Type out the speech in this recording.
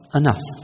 enough